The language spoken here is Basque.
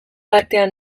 artean